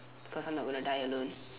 cause I'm not gonna die alone